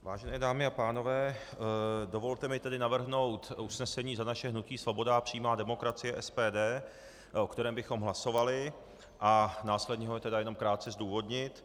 Vážené dámy a pánové, dovolte mi tedy navrhnout usnesení za naše hnutí Svoboda a přímá demokracie SPD, o kterém bychom hlasovali, a následně ho tedy jenom krátce zdůvodnit.